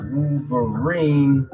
Wolverine